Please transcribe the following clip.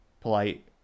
polite